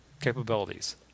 capabilities